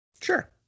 sure